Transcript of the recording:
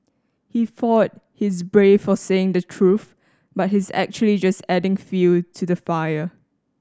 he thought he's brave for saying the truth but he's actually just adding fuel to the fire